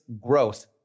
growth